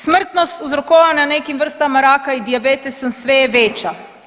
Smrtnost uzrokovana nekim vrstama raka i dijabetesom sve je veća.